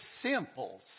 simple